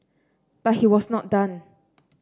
but he was not done